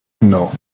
No